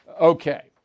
Okay